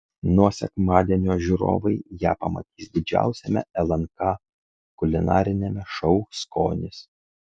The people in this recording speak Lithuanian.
nuo sekmadienio žiūrovai ją pamatys didžiausiame lnk kulinariniame šou skonis